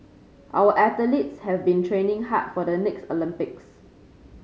our athletes have been training hard for the next Olympics